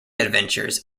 adventures